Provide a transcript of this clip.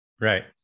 Right